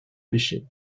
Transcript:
pêcher